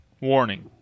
Warning